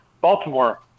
Baltimore